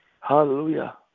Hallelujah